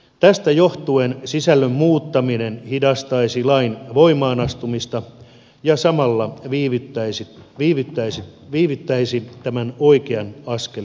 tästä johtuen sisällön muuttaminen hidastaisi lain voimaan astumista ja samalla viivyttäisi tämän oikean askeleen ottamista